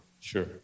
Sure